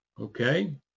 okay